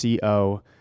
co